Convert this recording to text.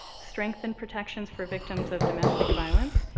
strengthen protections for victims of domestic violence,